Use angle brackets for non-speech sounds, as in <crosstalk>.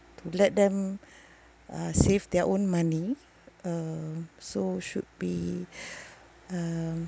to let them <breath> uh save their own money uh so should be <breath> um